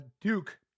Duke